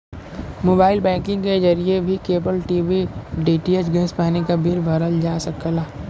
mobile banking के जरिए भी केबल टी.वी डी.टी.एच गैस पानी क बिल भरल जा सकला